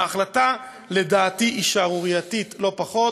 ההחלטה לדעתי היא שערורייתית לא פחות,